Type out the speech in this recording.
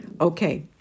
Okay